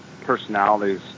personalities